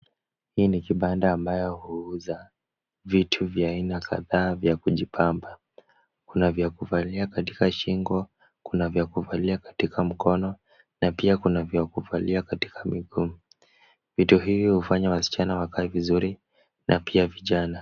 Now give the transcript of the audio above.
Hii ni kibanda ambayo huuza vitu vya aina kadhaa vya kujipamba. Kuna vya kuvalia katika shingo, kuna vya kuvalia katika mkono, na pia kuna vya kuvalia katika miguu. Vitu hivi hufanya wasichana wakae vizuri, na pia vijana.